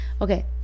okay